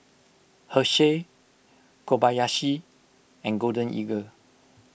Herschel Kobayashi and Golden Eagle